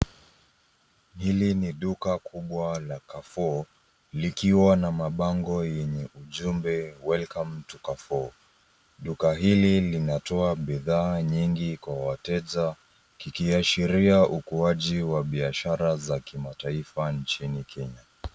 Hili ni duka kubwa la Carrefour likiwa na mabango yenye ujumbe welcome to Carrefour . Duka hili linatoa bidhaa nyingi kwa wateja likiashiria ukuaji wa biashara za kimataifa nchini Kenya.